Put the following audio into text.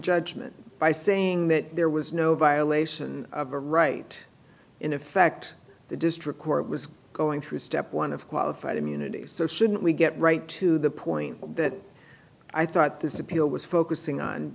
judgment by saying that there was no violation of a right in the fact the district court was going through step one of qualified immunity so shouldn't we get right to the point that i thought this appeal was focusing on